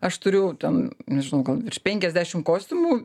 aš turiu ten nežinau ten virš penkiasdešim kostiumų